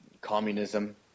communism